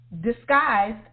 disguised